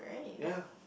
ya